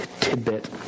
tidbit